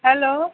hello